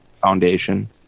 foundation